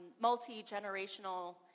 multi-generational